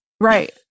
Right